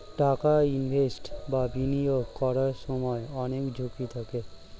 টাকা ইনভেস্ট বা বিনিয়োগ করার সময় অনেক ঝুঁকি থাকে